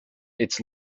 its